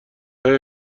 های